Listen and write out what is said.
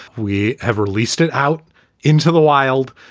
we have released it out into the wild.